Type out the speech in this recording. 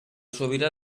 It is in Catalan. sobirà